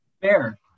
Fair